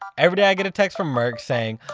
every day i get a text from merk saying,